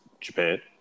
Japan